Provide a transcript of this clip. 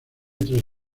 tres